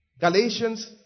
Galatians